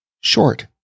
short